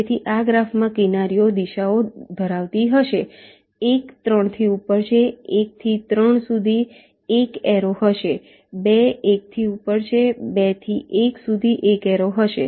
તેથી આ ગ્રાફમાં કિનારીઓ દિશાઓ ધરાવતી હશે એક 3 થી ઉપર છે 1 થી 3 સુધી એક એરો હશે બે 1 થી ઉપર છે 2 થી 1 સુધી એક એરો હશે